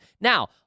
Now